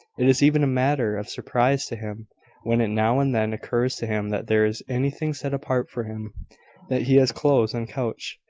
it is even a matter of surprise to him when it now and then occurs to him that there is anything set apart for him that he has clothes and couch,